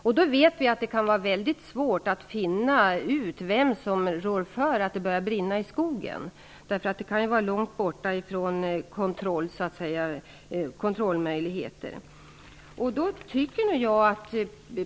Vi vet också att det kan vara mycket svårt att finna ut vem som rår för att det börjat brinna i skogen -- det kan ju vara långt till möjligheter att utöva kontroll.